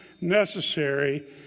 necessary